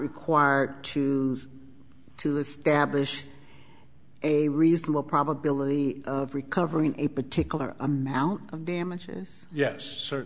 required to to establish a reasonable probability of recovering a particular amount of damages yes sir